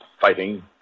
fighting